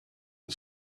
and